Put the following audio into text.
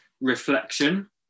reflection